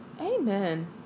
Amen